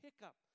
hiccup